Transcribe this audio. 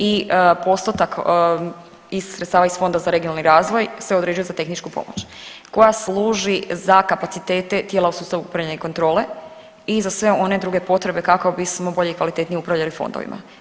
I postotak iz sredstava iz Fonda za regionalni razvoj se određuje za tehničku pomoć koja služi za kapacitete tijela u sustavu upravljanja i kontrole i za sve one druge potrebe kako bismo bolje i kvalitetnije upravljali fondovima.